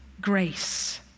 grace